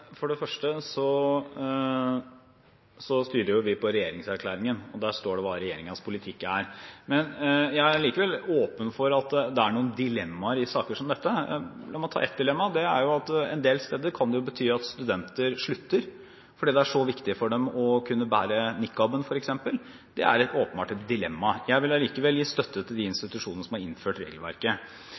For det første styrer vi på regjeringserklæringen, og der står det hva regjeringens politikk er. Jeg er likevel åpen for at det er noen dilemmaer i saker som denne. La meg ta ett dilemma: En del steder kan det bety at studenter slutter, fordi det er så viktig for dem å kunne bære niqab f.eks. Det er åpenbart et dilemma. Jeg vil allikevel gi støtte til de institusjonene som har innført regelverket.